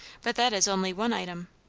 but that is only one item.